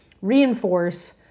reinforce